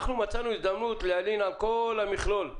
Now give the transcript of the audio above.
אנחנו מצאנו הזדמנות להלין על כל המכלול,